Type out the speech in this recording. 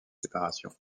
séparation